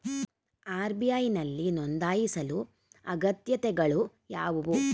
RBI ನಲ್ಲಿ ನೊಂದಾಯಿಸಲು ಅಗತ್ಯತೆಗಳು ಯಾವುವು?